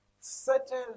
certain